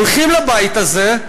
הולכים לבית הזה,